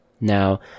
Now